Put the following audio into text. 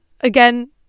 Again